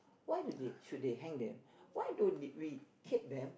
why do they should they hang them why don't they we keep them